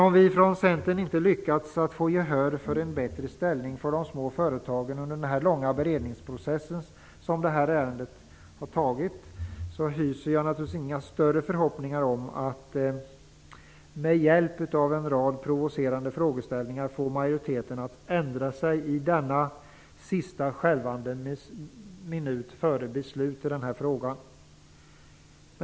Om vi från Centern inte lyckats att få gehör för en bättre ställning för de små företagen under den långa beredningsprocess som detta ärende haft hyser jag inte några större förhoppningar om att med hjälp av en rad provocerande frågeställningar få majoriteten att ändra sig i denna sista skälvande minut före beslut i denna fråga.